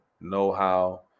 know-how